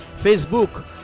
Facebook